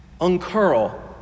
uncurl